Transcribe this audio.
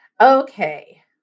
Okay